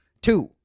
Two